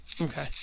Okay